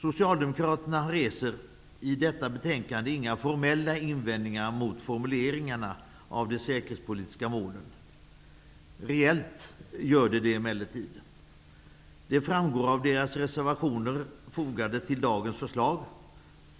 Socialdemokraterna reser, i detta betänkande, inga formella invändningar mot formuleringarna av de säkerhetspolitiska målen. Reellt gör de emellertid det. Detta framgår av deras reservationer som är fogade till dagens betänkande.